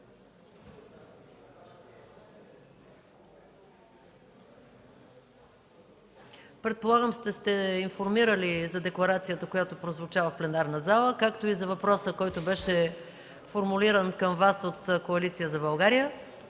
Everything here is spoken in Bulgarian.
предполагам, че сте информирани за декларацията, която прозвуча в пленарната зала, както и за въпроса, който беше формулиран към Вас от Коалиция за България,